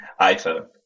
iPhone